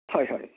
হয় হয়